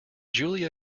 julia